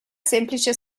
semplice